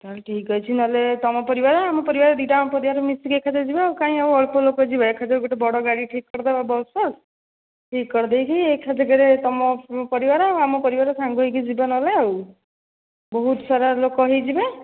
ତା'ହେଲେ ଠିକ୍ ଅଛି ନହେଲେ ତୁମ ପରିବାର ଆମ ପରିବାର ଦୁଇଟାଙ୍କ ପରିବାର ମିଶିକି ଏକାଥରେ ଯିବା ଆଉ କାଇଁ ଆଉ ଅଳ୍ପ ଲୋକ ଯିବା ଏକାଥରେ ଗୋଟେ ବଡ଼ ଗାଡ଼ି ଠିକ୍ କରିଦେବା ଆଉ ବସ୍ ଠିକ୍ କରିଦେଇକି ଏକାସାଙ୍ଗରେ ତୁମ ପରିବାର ଆଉ ଆମ ପରିବାର ସାଙ୍ଗ ହୋଇକି ଯିବା ନହେଲେ ଆଉ ବହୁତ ସାରା ଲୋକ ହୋଇଯିବେ